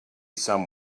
some